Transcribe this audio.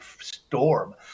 storm